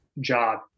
job